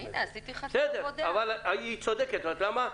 הינה, עשיתי --- אבל היא צודקת, את יודעת למה?